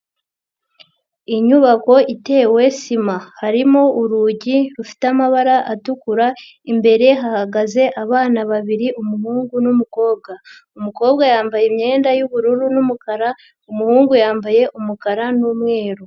Inyubako itewe sima, harimo urugi rufite amabara atukura, imbere hahagaze abana babiri umuhungu n'umukobwa, umukobwa yambaye imyenda y'ubururu n'umukara, umuhungu yambaye umukara n'umweru.